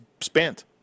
spent